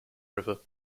river